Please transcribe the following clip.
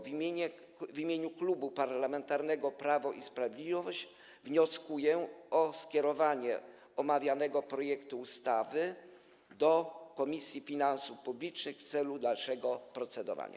W imieniu Klubu Parlamentarnego Prawo i Sprawiedliwość wnioskuję o skierowanie omawianego projektu ustawy do Komisji Finansów Publicznych w celu dalszego procedowania.